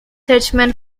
churchmen